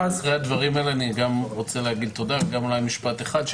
אחרי הדברים האלה אני גם רוצה להגיד תודה ואולי אומר משפט אחד,